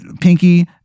pinky